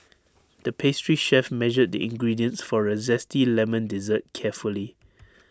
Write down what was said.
the pastry chef measured the ingredients for A Zesty Lemon Dessert carefully